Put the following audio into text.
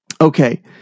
Okay